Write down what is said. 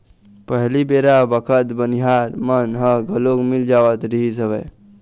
पहिली बेरा बखत बनिहार मन ह घलोक मिल जावत रिहिस हवय